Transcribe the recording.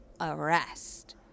arrest